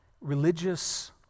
religious